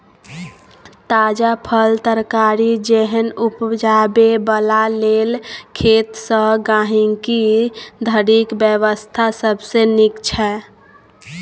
ताजा फल, तरकारी जेहन उपजाबै बला लेल खेत सँ गहिंकी धरिक व्यवस्था सबसे नीक छै